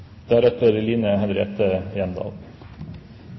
takke Line Henriette Hjemdal